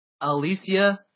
Alicia